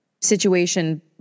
situation